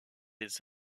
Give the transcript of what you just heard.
les